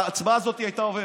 ההצבעה הזאת הייתה עוברת,